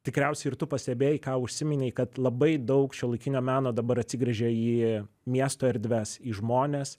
tikriausiai ir tu pastebėjai ką užsiminei kad labai daug šiuolaikinio meno dabar atsigręžė į miesto erdves į žmones